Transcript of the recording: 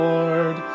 Lord